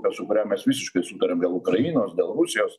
su kuria mes visiškai sutariam dėl ukrainos dėl rusijos